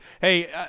Hey